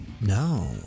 No